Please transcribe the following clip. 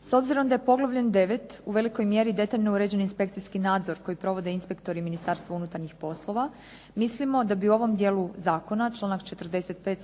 S obzirom da je poglavljem 9. u velikoj mjeri detaljno uređen inspekcijski nadzor koji provode inspektori Ministarstva unutarnjih poslova, mislimo da bi u ovom dijelu zakona, članak 45. stavak